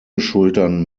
schultern